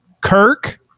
Kirk